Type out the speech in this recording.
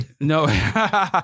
No